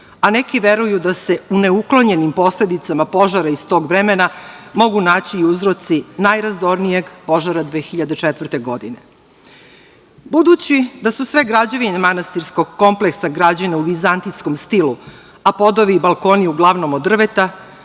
Neki veruju da se u neuklonjenim posledicama požara iz tog vremena mogu naći i uzroci najrazornijeg požara 2004. godine. Budući da su sve građevine manastirskom kompleksa građene u vizantijskom stilu, a podovi i balkoni uglavnom od drveta,